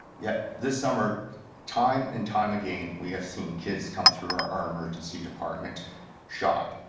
yet this summer time and time again, we have seen kids come through or or emergency department shot.